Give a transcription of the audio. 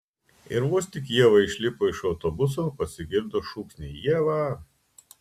ir vos tik ieva išlipo iš autobuso pasigirdo šūksniai ieva